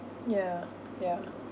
yeah yeah